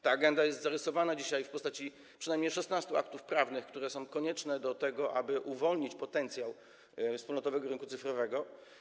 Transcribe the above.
Ta agenda jest zarysowana dzisiaj w postaci przynajmniej 16 aktów prawnych, które są konieczne do tego, aby uwolnić potencjał wspólnotowego rynku cyfrowego.